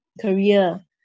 career